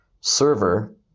server